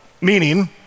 meaning